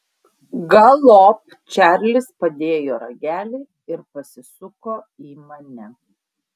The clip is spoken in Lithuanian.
galop čarlis padėjo ragelį ir pasisuko į mane